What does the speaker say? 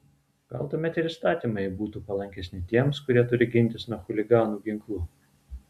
gal tuomet ir įstatymai būtų palankesni tiems kurie turi gintis nuo chuliganų ginklu